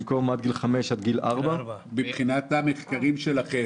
במקום "עד גיל 5" יבוא "עד גיל 4". מבחינת המחקרים שלכם,